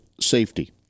safety